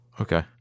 okay